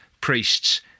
priests